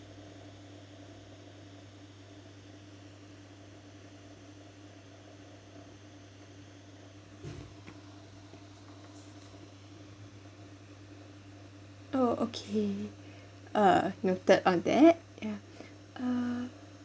oh okay uh noted on that ya uh